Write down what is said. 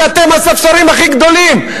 כי אתם הספסרים הכי גדולים,